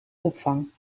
opvang